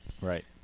Right